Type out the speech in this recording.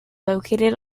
located